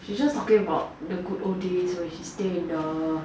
she just talking about the good old days where she stay in the err